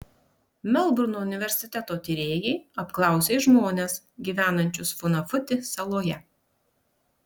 melburno universiteto tyrėjai apklausė žmones gyvenančius funafuti saloje